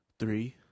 three